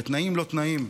בתנאים לא תנאים,